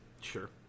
sure